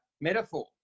metaphor